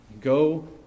Go